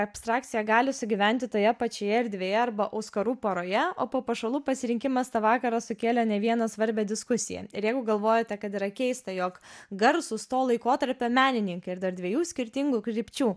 abstrakcija gali sugyventi toje pačioje erdvėje arba auskarų poroje o papuošalų pasirinkimas tą vakarą sukėlė ne vieną svarbią diskusiją ir jeigu galvojate kad yra keista jog garsūs to laikotarpio menininkai ir dar dviejų skirtingų krypčių